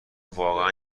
واقعا